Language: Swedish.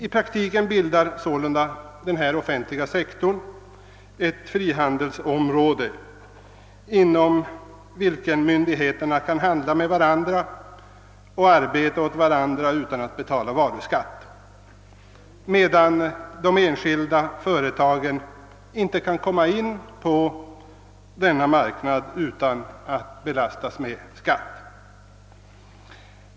I praktiken bildar sålunda den offentliga sektorn -— staten, landstingen och primärkommunerna — i varuskattehänseende ett frihandelsområde, inom vilket myndigheterna kan handla med varandra och arbeta åt varandra utan att betala varuskatt, medan enskilda företag inte kan komma in på denna marknad utan att belastas med skatt.